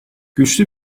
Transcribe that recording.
güçlü